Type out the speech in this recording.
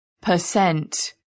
percent